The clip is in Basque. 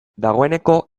dagoeneko